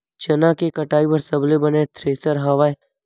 चना के कटाई बर सबले बने थ्रेसर हवय?